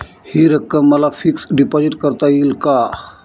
हि रक्कम मला फिक्स डिपॉझिट करता येईल का?